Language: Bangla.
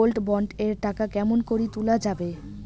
গোল্ড বন্ড এর টাকা কেমন করি তুলা যাবে?